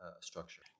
structure